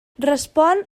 respon